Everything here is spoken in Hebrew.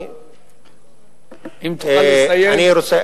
אני רוצה,